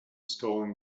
stolen